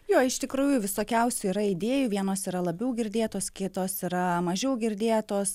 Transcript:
jo iš tikrųjų visokiausių yra idėjų vienos yra labiau girdėtos kitos yra mažiau girdėtos